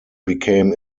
became